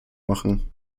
machen